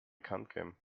bekanntgeben